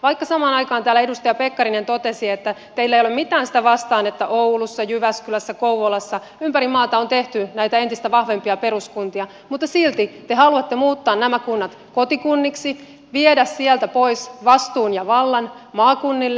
vaikka täällä edustaja pekkarinen totesi että teillä ei ole mitään sitä vastaan että oulussa jyväskylässä kouvolassa ympäri maata on tehty näitä entistä vahvempia peruskuntia silti te samaan aikaan haluatte muuttaa nämä kunnat kotikunniksi viedä sieltä pois vastuun ja vallan maakunnille